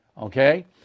okay